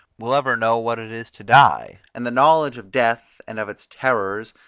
will ever know what it is to die, and the knowledge of death, and of its terrors,